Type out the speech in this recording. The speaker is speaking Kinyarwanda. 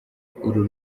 uru